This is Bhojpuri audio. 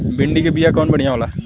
भिंडी के बिया कवन बढ़ियां होला?